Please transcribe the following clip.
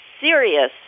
serious